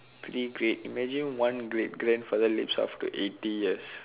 three great imagine one great grandfather lives up to eighty years